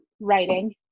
writing